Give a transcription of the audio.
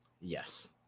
Yes